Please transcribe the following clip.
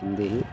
Hindi ही